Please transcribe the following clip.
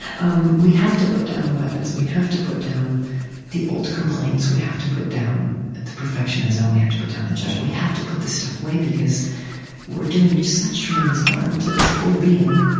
um we have to put down the weapons. we have to put down the old complaints. we have to put down the perfectionism. we have to put down the judgement. we have to put this stuff away, because we're doing such tremendous harm to this poor being,